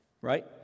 Right